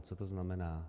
Co to znamená?